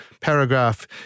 paragraph